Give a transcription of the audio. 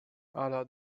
ala